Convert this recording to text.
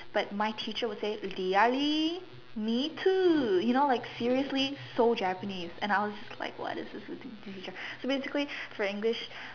but my teacher will say really me too you know like seriously so Japanese and I will just like why is this English teacher so basically for English